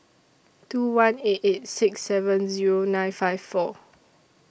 two one eight eight six seven Zero nine five four